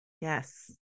Yes